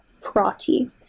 Prati